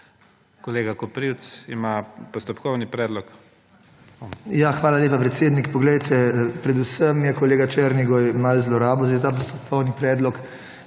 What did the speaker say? Kolega Koprivc, ima postopkovni predlog.